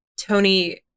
Tony